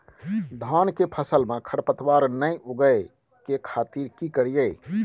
धान के फसल में खरपतवार नय उगय के खातिर की करियै?